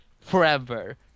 forever